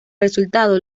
resultado